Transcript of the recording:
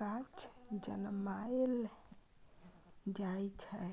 गाछ जनमाएल जाइ छै